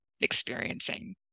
experiencing